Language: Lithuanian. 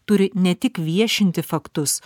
turi ne tik viešinti faktus